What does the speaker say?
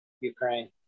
Ukraine